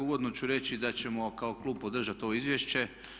Uvodno ću reći da ćemo kao klub podržati ovo izvješće.